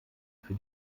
für